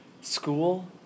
school